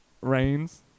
Rains